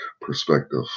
perspective